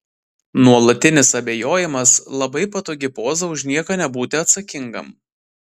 nuolatinis abejojimas labai patogi poza už nieką nebūti atsakingam